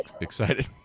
excited